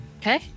Okay